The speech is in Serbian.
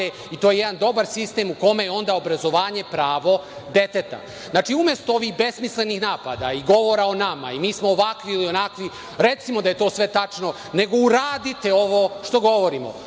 i to je jedan dobar sistem u kome je onda obrazovanje pravo deteta. Znači, umesto ovih besmislenih napada i govora o nama i mi smo ovakvi ili onakvi, recimo da je to sve tačno, nego uradite ovo što govorimo.